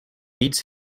beats